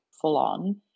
full-on